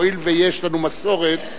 הואיל ויש לנו מסורת,